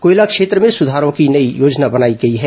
कोयला क्षेत्र में सुधारों की योजना बनाई गई है